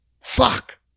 Fuck